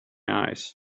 eyes